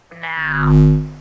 now